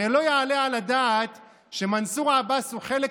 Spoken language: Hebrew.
הרי לא יעלה על הדעת שמנסור עבאס הוא חלק